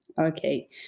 Okay